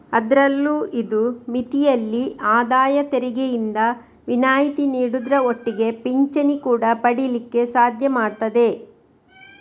ಅದ್ರಲ್ಲೂ ಇದು ಮಿತಿಯಲ್ಲಿ ಆದಾಯ ತೆರಿಗೆಯಿಂದ ವಿನಾಯಿತಿ ನೀಡುದ್ರ ಒಟ್ಟಿಗೆ ಪಿಂಚಣಿ ಕೂಡಾ ಪಡೀಲಿಕ್ಕೆ ಸಾಧ್ಯ ಮಾಡ್ತದೆ